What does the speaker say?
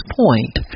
point